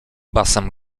basem